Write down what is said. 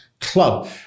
club